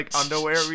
underwear